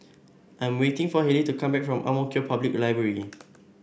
I am waiting for Hailee to come back from Ang Mo Kio Public Library